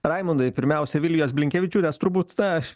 raimundui pirmiausia vilijos blinkevičiūtės turbūt aš